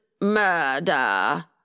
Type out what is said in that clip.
murder